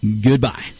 Goodbye